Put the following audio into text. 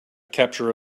capture